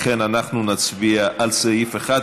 לכן אנחנו נצביע על סעיף 1,